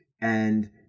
and-